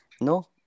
No